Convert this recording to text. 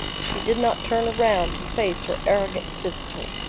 she did not turn around to face her arrogant sister.